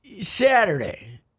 Saturday